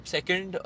Second